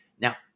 Now